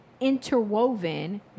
interwoven